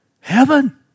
heaven